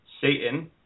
satan